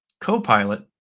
co-pilot